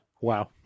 Wow